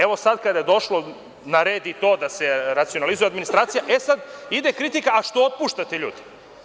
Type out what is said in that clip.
Evo sada kada je došlo na red i to da se racionalizuje administracija, sada ide kritika – što otpuštate ljude?